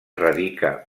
radica